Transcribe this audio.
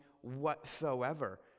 whatsoever